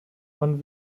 man